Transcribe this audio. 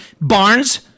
barnes